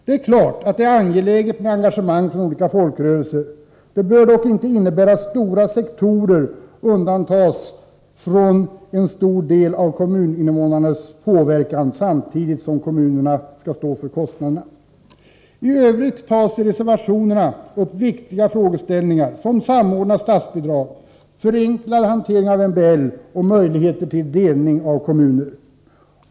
Självfallet är det angeläget med engagemang från olika folkrörelser, men det bör inte innebära att omfattande sektorer undantas från en stor del av kommuninvånarnas påverkan, samtidigt som kommunen skall stå för kostnaderna. I övrigt tas i reservationerna upp viktiga frågeställningar, som samordnat statsbidrag, förenklad hantering av MBL och möjligheter till delning av kommunerna.